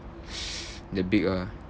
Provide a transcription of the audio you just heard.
that big ah